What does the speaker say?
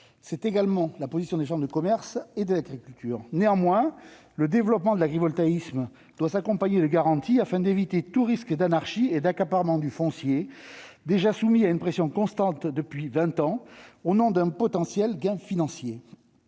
C'est également la position des chambres d'agriculture et de commerce. Néanmoins, le développement de l'agrivoltaïsme doit s'accompagner de garanties afin d'éviter tout risque d'anarchie et d'accaparement du foncier, déjà soumis à une pression constante depuis vingt ans, au nom d'un potentiel gain financier.